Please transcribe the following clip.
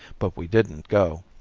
but we didn't go.